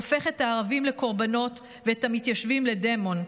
הופך את הערבים לקורבנות ואת המתיישבים לדמון,